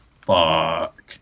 fuck